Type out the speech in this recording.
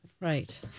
right